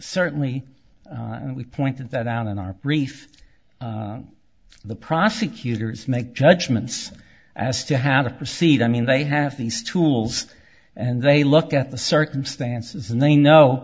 certainly and we pointed that out in our brief the prosecutors make judgments as to how to proceed i mean they have these tools and they look at the circumstances and they